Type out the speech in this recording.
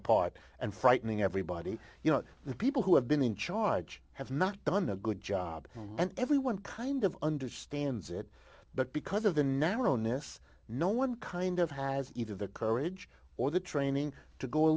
apart and frightening everybody you know the people who have been in charge have not done a good job and everyone kind of understands it but because of the narrowness no one kind it has either the courage or the training to go a